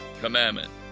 commandment